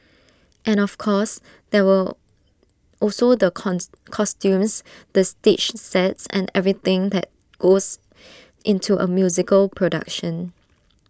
and of course there were also the costumes the stage sets and everything that goes into A musical production